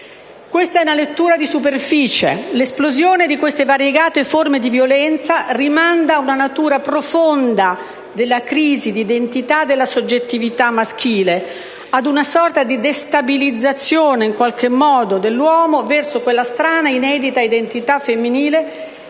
Questa è una lettura di superficie. L'esplosione di queste variegate forme di violenza rimanda a una natura profonda della crisi di identità della soggettività maschile, ad una sorta di destabilizzazione dell'uomo verso quella strana e inedita identità femminile